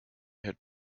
had